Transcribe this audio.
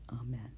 Amen